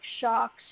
shocks